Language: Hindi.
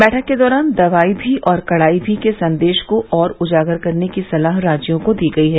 बैठक के दौरान दवाई भी और कड़ाई भी के संदेश को और उजागर करने की सलाह राज्यों को दी गई है